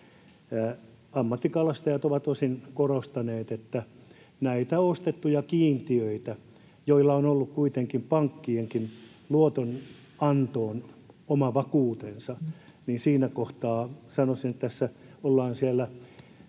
Ammattikalastajat ovat osin korostaneet, että näillä ostetuilla kiintiöillä on ollut kuitenkin pankkienkin luo-tonantoon oma vakuutensa, ja siinä kohtaa sanoisin, että tässä ollaan kiertäen